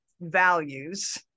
values